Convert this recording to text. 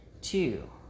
two